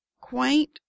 quaint